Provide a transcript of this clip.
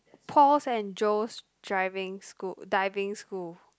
Paul's and Joe's Driving School Diving School